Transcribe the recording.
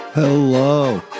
Hello